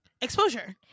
Exposure